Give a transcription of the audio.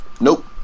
Nope